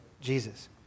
Jesus